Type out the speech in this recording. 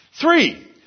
Three